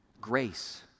Grace